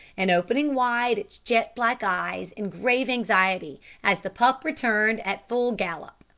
and opening wide its jet-black eyes in grave anxiety as the pup returned at full gallop.